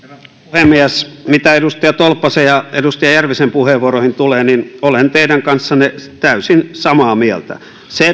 puhemies mitä edustaja tolppasen ja edustaja järvisen puheenvuoroihin tulee niin olen teidän kanssanne täysin samaa mieltä se